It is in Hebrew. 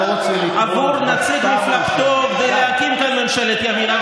אתה יודע מי במו ידיו ריסק את מחנה הימין?